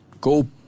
go